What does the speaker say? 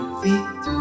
feet